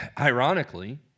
ironically